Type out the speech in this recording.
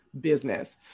business